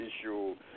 issue